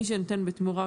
מי שנותן בתמורה,